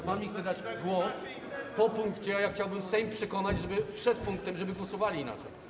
Ale pan mi chce dać głos po punkcie, a ja chciałbym Sejm przekonać przed punktem, żeby głosowali inaczej.